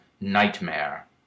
nightmare